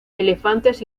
elefantes